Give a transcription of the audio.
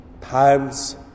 Times